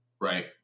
right